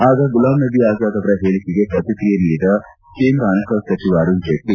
ಆಗ ಗುಲಾಮ್ನಭೀ ಆಜಾದ್ ಅವರ ಹೇಳಿಕೆಗೆ ಶ್ರತಿಕ್ರಿಯೆ ನೀಡಿದ ಕೇಂದ್ರ ಹಣಕಾಸು ಸಚಿವ ಅರುಣ್ಜೇಟ್ಲ